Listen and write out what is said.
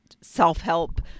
self-help